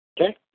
Okay